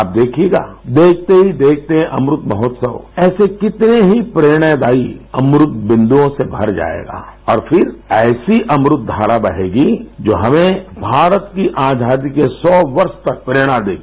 आप देखिएगा देखते ही देखते अमृत महोत्सव ऐसे कितने ही प्रेरणादायी अमृत बिंदुओं से भर जाएगा और फिर ऐसी अमृत धारा बहेगी जो हमें भारत की आजादी के सौ वर्ष तक प्रेरणा देगी